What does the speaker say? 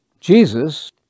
Jesus